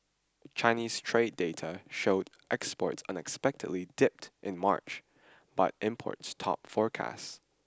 Chinese trade data showed exports unexpectedly dipped in March but imports topped forecasts